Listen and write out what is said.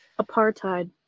Apartheid